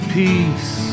peace